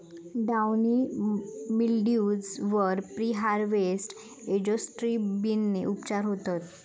downy mildews वर preharvest एजोक्सिस्ट्रोबिनने उपचार होतत